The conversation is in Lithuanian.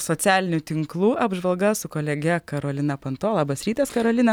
socialinių tinklų apžvalga su kolege karolina panto labas rytas karolina